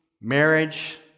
marriage